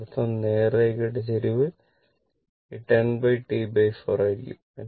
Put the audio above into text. അതിനർത്ഥം നേർരേഖയുടെ ചരിവ് ഈ 10 T4 ആയിരിക്കും